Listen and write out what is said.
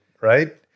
right